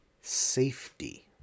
safety